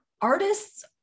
artists